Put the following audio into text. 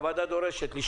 הוועדה דורשת ממשרד האוצר,